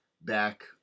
back